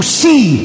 see